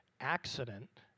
accident